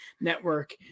Network